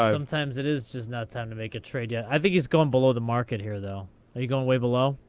um sometimes it is just not time to make a trade yet. i think he's gone below the market here, though. are you going way below?